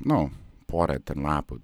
nu pora ten lapų